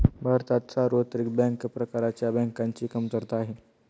भारतात सार्वत्रिक बँक प्रकारच्या बँकांची कमतरता आहे